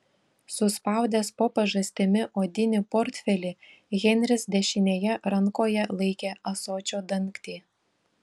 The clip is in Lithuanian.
suspaudęs po pažastimi odinį portfelį henris dešinėje rankoje laikė ąsočio dangtį